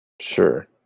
Sure